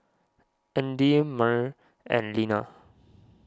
Andy Myrl and Leana